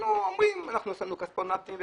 אנחנו אומרים: שמנו כספונטים.